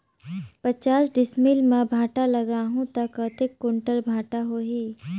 पचास डिसमिल मां भांटा लगाहूं ता कतेक कुंटल भांटा होही?